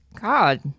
God